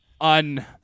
un